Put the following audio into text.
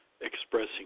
expressing